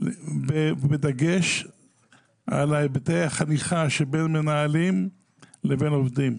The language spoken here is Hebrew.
בדגש על היבטי החניכה שבין מנהלים לבין עובדים.